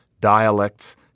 dialects